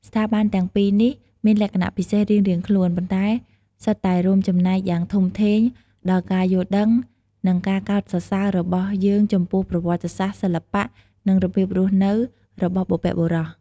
ស្ថាប័នទាំងពីរនេះមានលក្ខណៈពិសេសរៀងៗខ្លួន ប៉ុន្តែសុទ្ធតែរួមចំណែកយ៉ាងធំធេងដល់ការយល់ដឹង និងការកោតសរសើររបស់យើងចំពោះប្រវត្តិសាស្ត្រ សិល្បៈ និងរបៀបរស់នៅរបស់បុព្វបុរស។